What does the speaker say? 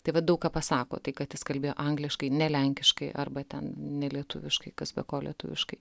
taip vat daug ką pasako tai kad jis kalbėjo angliškai ne lenkiškai arba ten ne lietuviškai kas be ko lietuviškai